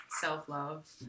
Self-love